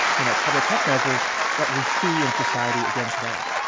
you know, public health measures that we see in society again today